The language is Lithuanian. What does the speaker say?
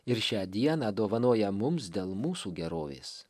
ir šią dieną dovanoja mums dėl mūsų gerovės